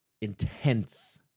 intense